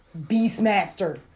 Beastmaster